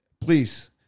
please